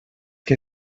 que